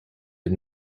did